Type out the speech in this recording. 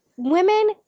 Women